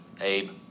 Abe